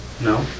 No